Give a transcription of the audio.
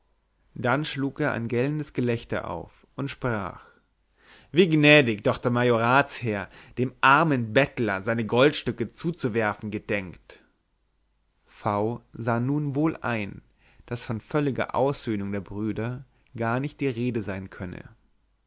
dann schlug er ein gellendes gelächter auf und sprach wie gnädig doch der majoratsherr dem armen bettler seine goldstücke zuzuwerfen gedenkt v sah nun wohl ein daß von völliger aussöhnung der brüder gar nicht die rede sein könne